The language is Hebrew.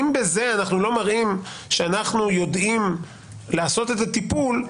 אם בזה אנחנו לא מראים שאנחנו יודעים לעשות את הטיפול,